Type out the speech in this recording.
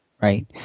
Right